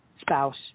spouse